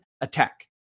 Attack